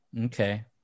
Okay